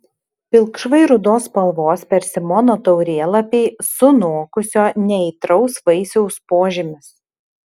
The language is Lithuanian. pilkšvai rudos spalvos persimono taurėlapiai sunokusio neaitraus vaisiaus požymis